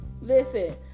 listen